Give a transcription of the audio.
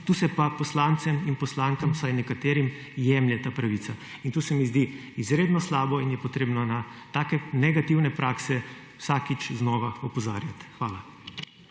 Tu se pa poslancem in poslankam, vsaj nekaterim, jemlje ta pravica. In to se mi zdi izredno slabo in je potrebno na take negativne prakse vsakič znova opozarjati. Hvala.